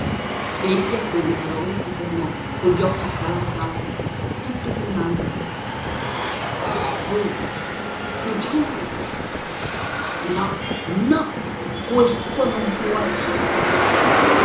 egli a quelle parole si fermò cogli occhi spalancati tutto tremante voi cugina rubiera no no questo non può essere